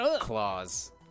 claws